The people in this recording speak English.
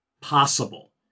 possible